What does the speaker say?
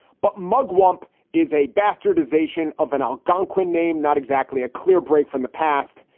but mugwump is a bastardization of an algonquin name, not exactly a clear break from the past.